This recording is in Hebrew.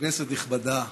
כנסת נכבדה,